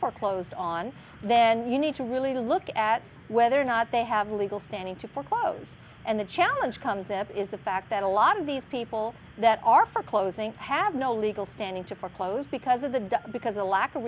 foreclosed on then you need to really look at whether or not they have legal standing to foreclose and the challenge comes up is the fact that a lot of these people that are foreclosing have no legal standing to foreclose because of the because a lack of